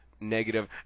negative